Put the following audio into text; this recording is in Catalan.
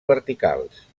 verticals